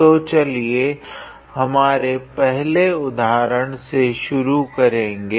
तो चलिए हमारे प्रथम उदाहरण से शुरू करेगे